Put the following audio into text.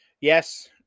yes